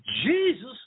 Jesus